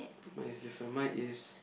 mine is different mine is